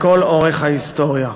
לכל אורך ההיסטוריה.